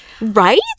Right